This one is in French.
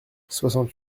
soixante